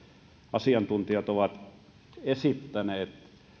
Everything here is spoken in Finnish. asiantuntijat ovat esittäneet